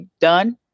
done